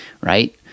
right